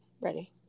ready